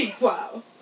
Wow